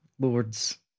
Lords